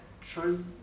true